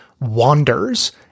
wanders